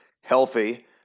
healthy